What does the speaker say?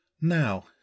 Now